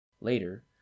Later